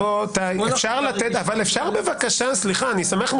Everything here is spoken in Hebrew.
אני רוצה להעביר את רשות הדיבור לפרופ' פרידמן.